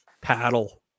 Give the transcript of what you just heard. paddle